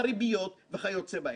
הריביות וכיוצא באלה.